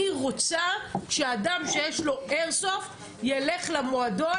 אני רוצה שהאדם שיש לו איירסופט ילך למועדון,